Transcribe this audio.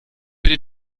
bitte